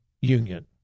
union